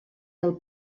del